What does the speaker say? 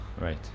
right